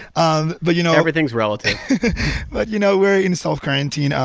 um but, you know. everything's relative but, you know, we're in self-quarantine,